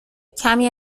کمی